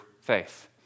faith